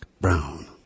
brown